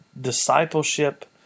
discipleship